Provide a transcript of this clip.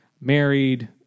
married